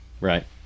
Right